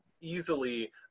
easily